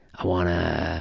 i want to